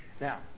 Now